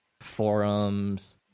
forums